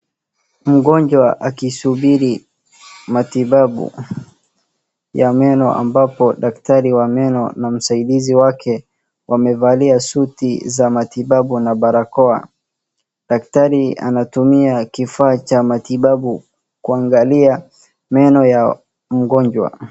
Mgonjwa akisubiri matibabu ya meno ambapo daktari wa meno na msaidizi wake wamevalia suti za matibabu na barakoa. Daktari anatumia kifaa cha matibabu kuangalia meno ya mgonjwa.